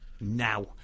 now